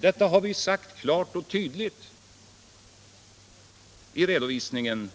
Detta har vi från regeringen sagt klart och tydligt i redovisningen